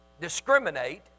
discriminate